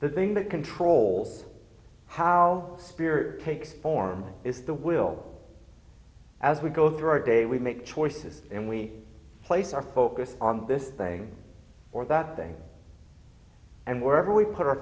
the thing that control how spirit take form is the will as we go through our day we make choices and we place our focus on this thing or that thing and wherever we put our